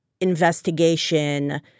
investigation